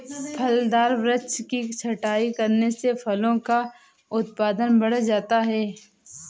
फलदार वृक्ष की छटाई करने से फलों का उत्पादन बढ़ जाता है